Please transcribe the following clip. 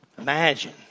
Imagine